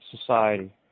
society